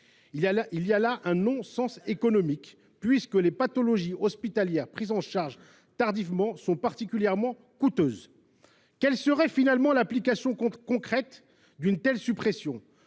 Il y a là un non sens économique puisque les pathologies hospitalières prises en charge tardivement sont particulièrement coûteuses. Quelle serait finalement l’application concrète d’une telle suppression ?